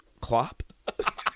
Clop